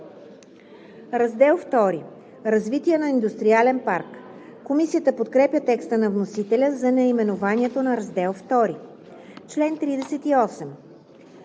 „Раздел II – Развитие на индустриален парк“. Комисията подкрепя текста на вносителя за наименованието на Раздел II.